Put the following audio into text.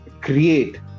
create